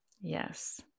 Yes